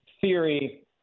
theory